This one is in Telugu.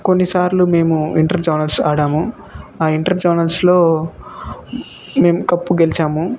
కొన్నిసార్లు మేము ఇంటర్ జోనల్స్ ఆడాము ఆ ఇంటర్ జోనల్స్లో మేం కప్పు గెలిచాము